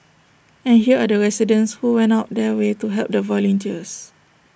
and here are the residents who went out their way to help the volunteers